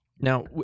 Now